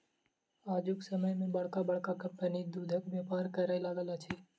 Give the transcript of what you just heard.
आजुक समय मे बड़का बड़का कम्पनी दूधक व्यापार करय लागल अछि